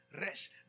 Rest